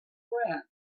friend